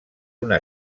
una